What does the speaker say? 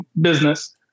business